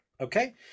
okay